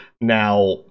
Now